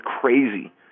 crazy